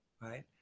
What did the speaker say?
right